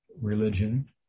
religion